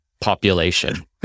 population